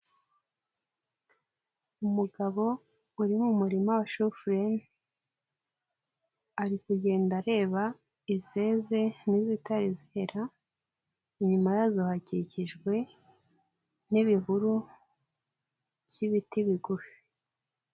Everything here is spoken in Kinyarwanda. Umugabo uri mu murima wa shufurere ari kugenda areba izeze n'izitari zera. Inyuma yazo hakikijwe n'ibihuru by'ibiti bigufi.